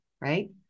right